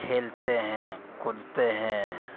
کھیلتے ہیں کودتے ہیں